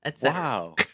Wow